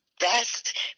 best